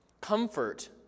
comfort